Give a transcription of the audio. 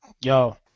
yo